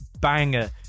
banger